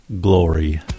Glory